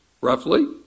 roughly